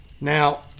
Now